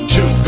Two